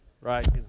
right